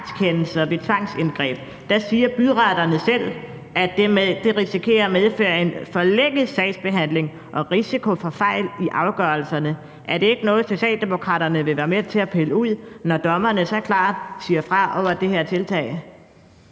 Der siger byretterne selv, at det risikerer at medføre en forlænget sagsbehandling og risiko for fejl i afgørelserne. Er det ikke noget, Socialdemokraterne vil være med til at pille ud, når dommerne så klart siger fra over for det her tiltag?